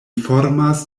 formas